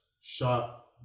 shot